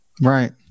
Right